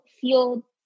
feel